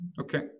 Okay